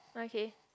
okay